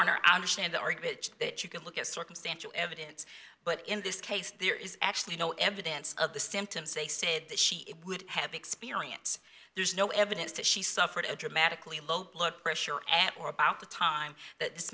honor i understand the argument that you can look at circumstantial evidence but in this case there is actually no evidence of the symptoms they said that she would have experience there's no evidence that she suffered a dramatically low blood pressure at or about the time that this